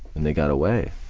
and they got away.